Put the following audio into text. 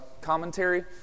commentary